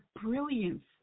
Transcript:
brilliance